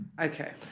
Okay